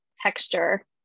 texture